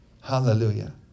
Hallelujah